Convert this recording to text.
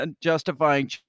justifying